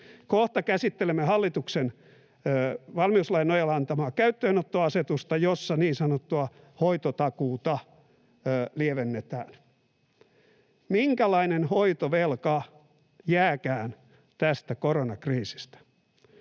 Kohta käsittelemme hallituksen valmiuslain nojalla antamaa käyttöönottoasetusta, jossa niin sanottua hoitotakuuta lievennetään. Minkälainen hoitovelka jääkään tästä koronakriisistä?